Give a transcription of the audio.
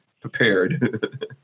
prepared